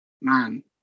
man